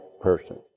person